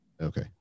Okay